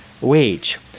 wage